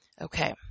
Okay